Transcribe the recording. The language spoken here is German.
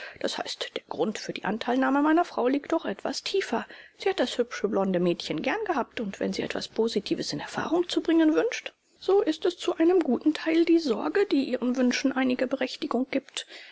das heißt der grund für die anteilnahme meiner frau liegt doch etwas tiefer sie hat das hübsche blonde mädchen gern gehabt und wenn sie etwas positives in erfahrung zu bringen wünscht so ist es zu einem guten teil die sorge die ihren wünschen einige berechtigung gibt